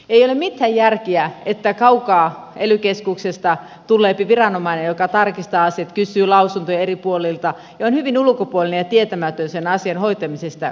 ei ole mitään järkeä että kaukaa ely keskuksesta tulee viranomainen joka tarkistaa asiat kysyy lausuntoja eri puolilta ja on hyvin ulkopuolinen ja tietämätön sen asian hoitamisesta kunnolla